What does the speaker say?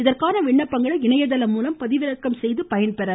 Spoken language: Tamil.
இதற்கான விண்ணப்பங்களை இணையதளம் மூலம் பதிவிறக்கம் செய்து பயன்பெறலாம்